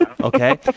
Okay